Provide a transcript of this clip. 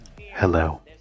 Hello